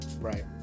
Right